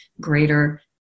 greater